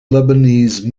lebanese